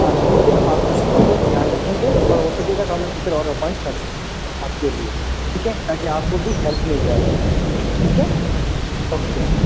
हाँ तो ठीक है हम आपके इस चीज को ध्यान रखेंगे और हो सकेगा तो हम और टीचर अप्वॉइंट कर देंगे आपके लिए ठीक है ताकि आपको भी हेल्प मिल जाएगी ठीक है ओके